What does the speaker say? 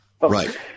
Right